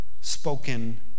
spoken